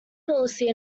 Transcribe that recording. policy